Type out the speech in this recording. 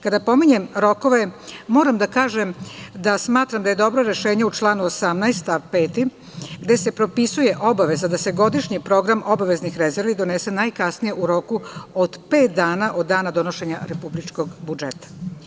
Kada pominjem rokove, moram da kažem da smatram da je dobro rešenje u članu 18. stav 5. gde se propisuje obaveza da se godišnji program obaveznih rezervi donese najkasnije u roku od pet dana, od dana donošenja republičkog budžeta.